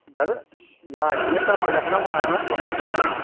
दादा जीअं त मां लखनऊ मां आयो आहियां बंबई घुमणु